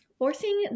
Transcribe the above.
Forcing